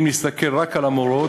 אם נסתכל רק על המורות,